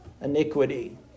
iniquity